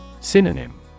Synonym